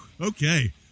Okay